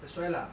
that's why lah